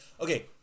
okay